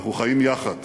אנחנו חיים יחד.